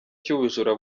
cy’ubujura